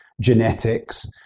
genetics